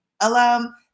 alum